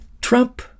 Trump